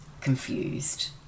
confused